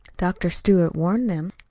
dr. stewart warned them,